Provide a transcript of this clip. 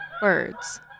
Birds